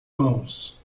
mãos